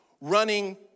running